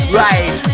right